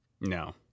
No